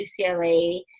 UCLA